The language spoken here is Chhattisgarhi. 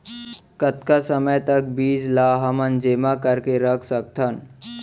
कतका समय तक बीज ला हमन जेमा करके रख सकथन?